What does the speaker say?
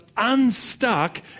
Unstuck